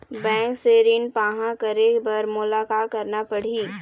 Bank से ऋण पाहां करे बर मोला का करना पड़ही?